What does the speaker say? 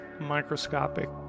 microscopic